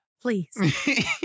please